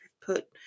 put